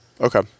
Okay